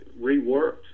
reworked